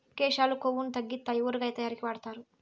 కేశాలు కొవ్వును తగ్గితాయి ఊరగాయ తయారీకి వాడుతారు